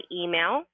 email